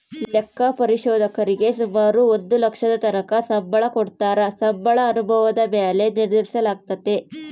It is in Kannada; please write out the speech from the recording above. ಲೆಕ್ಕ ಪರಿಶೋಧಕರೀಗೆ ಸುಮಾರು ಒಂದು ಲಕ್ಷದತಕನ ಸಂಬಳ ಕೊಡತ್ತಾರ, ಸಂಬಳ ಅನುಭವುದ ಮ್ಯಾಲೆ ನಿರ್ಧರಿಸಲಾಗ್ತತೆ